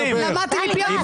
למדתי מפי הגבורה.